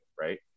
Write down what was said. Right